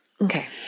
Okay